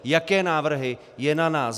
Jaké návrhy, je na nás.